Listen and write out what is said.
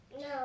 No